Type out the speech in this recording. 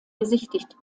besichtigt